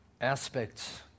aspects